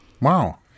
Wow